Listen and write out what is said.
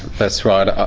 that's right. ah